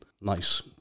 nice